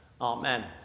Amen